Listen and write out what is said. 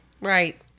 Right